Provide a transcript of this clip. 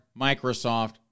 Microsoft